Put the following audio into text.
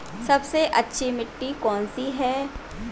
सबसे अच्छी मिट्टी कौन सी है?